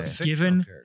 given